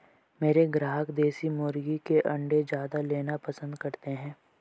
मेरे ग्राहक देसी मुर्गी के अंडे ज्यादा लेना पसंद करते हैं